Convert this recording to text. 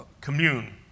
commune